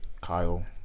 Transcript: Kyle